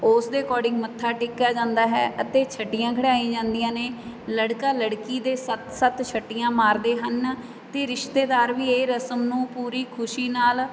ਉਸ ਦੇ ਅਕੋਰਡਿੰਗ ਮੱਥਾ ਟੇਕਿਆ ਜਾਂਦਾ ਹੈ ਅਤੇ ਛਟੀਆਂ ਖਿਡਾਈ ਜਾਂਦੀਆਂ ਨੇ ਲੜਕਾ ਲੜਕੀ ਦੇ ਸੱਤ ਸੱਤ ਛਟੀਆਂ ਮਾਰਦੇ ਹਨ ਅਤੇ ਰਿਸ਼ਤੇਦਾਰ ਵੀ ਇਹ ਰਸਮ ਨੂੰ ਪੂਰੀ ਖੁਸ਼ੀ ਨਾਲ